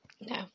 No